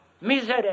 misery